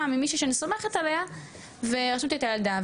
ממישהי שאני סומכת עליה ורשמתי את הילדה,